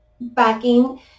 backing